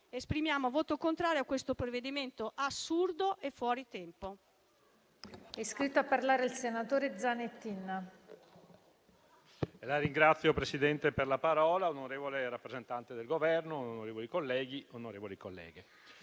esprimiamo voto contrario a questo provvedimento assurdo e fuori tempo.